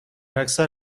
اکثر